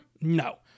No